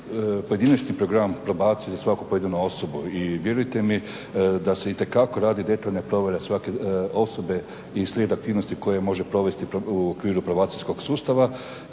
pojedinačni program probacije za svaku pojedinu osobu i vjerujte mi da se itekako radi detaljna provjera svake osobe i slijed aktivnosti koje može provesti u okviru probacijskog sustava